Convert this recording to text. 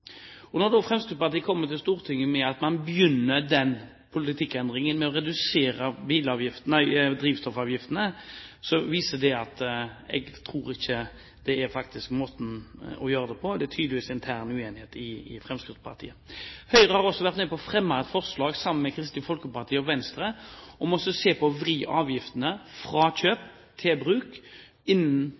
Når Fremskrittspartiet kommer til Stortinget og sier at man begynner politikkendringen med å redusere drivstoffavgiftene, så tror jeg ikke det er måten å gjøre det på. Det er tydeligvis intern uenighet i Fremskrittspartiet. Høyre har også vært med på å fremme et forslag sammen med Kristelig Folkeparti og Venstre, om å se på en vridning av avgiftene fra kjøp til bruk